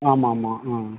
ஆமா ஆமா ஆ